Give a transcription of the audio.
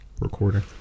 recording